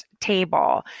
table